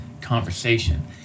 conversation